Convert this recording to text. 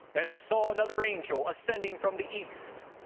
and i saw another angel ascending from the east,